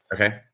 Okay